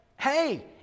hey